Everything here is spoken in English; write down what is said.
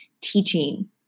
teaching